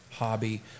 hobby